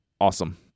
Awesome